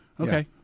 Okay